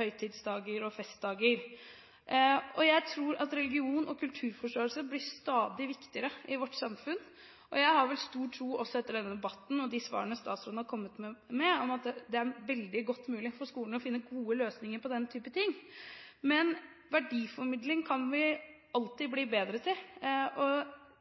høytidsdager og festdager. Jeg tror at religions- og kulturforståelse blir stadig viktigere i vårt samfunn. Jeg har stor tro på – også etter denne debatten og de svarene statsråden har kommet med – at det er mulig for skolen å finne gode løsninger på denne type ting. Men verdiformidling kan vi alltid bli bedre til.